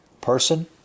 person